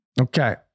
Okay